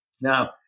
now